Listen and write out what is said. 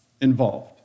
involved